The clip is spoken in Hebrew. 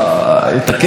חבר הכנסת חסון,